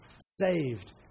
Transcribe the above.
saved